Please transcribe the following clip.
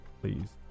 Please